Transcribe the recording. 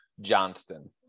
Johnston